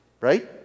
right